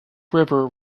river